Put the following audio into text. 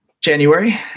January